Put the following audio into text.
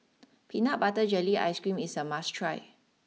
Peanut Butter Jelly Ice cream is a must try